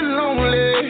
lonely